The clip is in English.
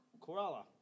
Corolla